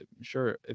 sure